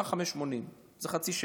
עלה 5.80. זה חצי שקל.